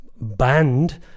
banned